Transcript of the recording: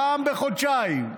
הפעם בחודשיים.